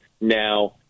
now